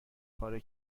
پاره